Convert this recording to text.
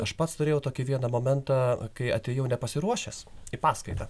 aš pats turėjau tokį vieną momentą kai atėjau nepasiruošęs į paskaitą